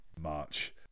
march